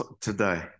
today